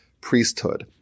priesthood